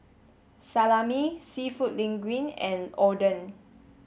Salami Seafood Linguine and Oden